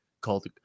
called